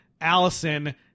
Allison